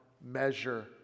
measure